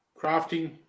crafting